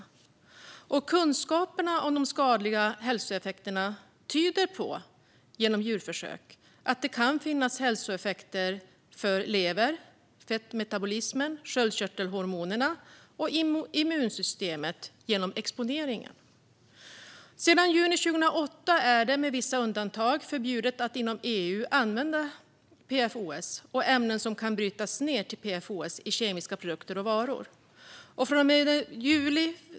Kunskaper från djurförsök om de skadliga hälsoeffekterna av exponering tyder på att det kan finnas hälsoeffekter för levern, fettmetabolismen, sköldkörtelhormonerna och immunsystemet. Sedan juni 2008 är det, med vissa undantag, förbjudet att inom EU använda PFOS, och ämnen som kan brytas ned till PFOS, i kemiska produkter och varor.